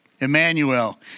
Emmanuel